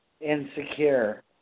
insecure